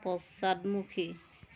পশ্চাদমুখী